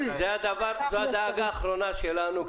זו הדאגה האחרונה שלנו.